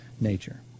nature